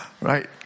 Right